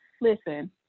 Listen